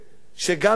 שגם הגשנו,